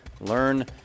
learn